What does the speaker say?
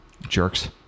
Jerks